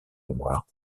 mémoire